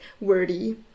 wordy